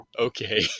Okay